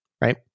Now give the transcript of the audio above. right